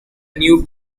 new